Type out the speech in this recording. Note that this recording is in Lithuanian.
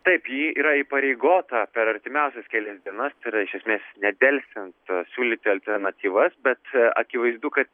taip ji yra įpareigota per artimiausias kelias dienas tai yra iš esmės nedelsiant siūlyti alternatyvas bet akivaizdu ka